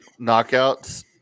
knockouts